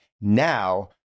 Now